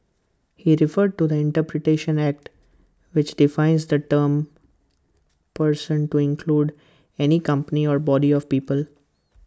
he referred to the interpretation act which defines the term person to include any company or body of people